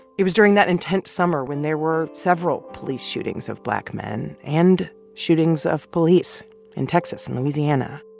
it was during that intense summer when there were several police shootings of black men and shootings of police in texas and louisiana.